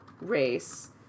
Race